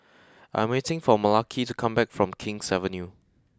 I am waiting for Malaki to come back from King's Avenue